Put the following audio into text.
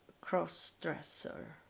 cross-dresser